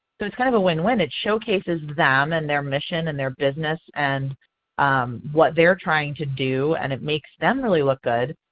so it's kind of a win-win, it showcases them and their mission and their business and what they are trying to do and it makes them really look good.